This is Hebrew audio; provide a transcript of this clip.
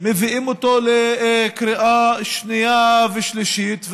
מביאים אותו לקריאה שנייה ושלישית.